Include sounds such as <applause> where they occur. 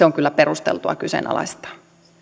<unintelligible> on kyllä perusteltua kyseenalaistaa